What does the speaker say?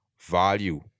value